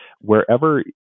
Wherever